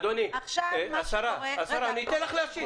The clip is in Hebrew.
עכשיו מה שקורה -- השרה, אני אתן לך להשיב.